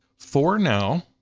for now,